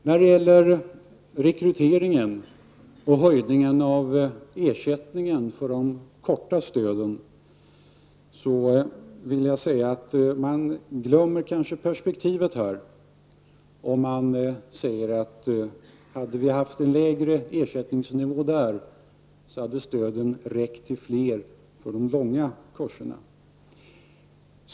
När det gäller rekryteringen och höjningen av ersättningen för de korta stöden, glömmer man kanske perspektivet när man säger att om denna ersättningsnivå varit lägre, hade stöden räckt till fler som går på de långa kurserna.